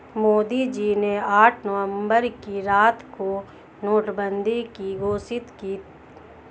मोदी जी ने आठ नवंबर की रात को नोटबंदी की घोषणा की